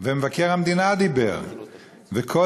ומבקר המדינה דיבר על כך,